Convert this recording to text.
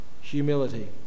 humility